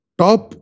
top